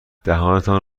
دهانتان